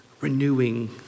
renewing